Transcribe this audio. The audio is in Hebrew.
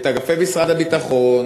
את אגפי משרד הביטחון,